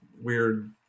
weird